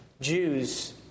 Jews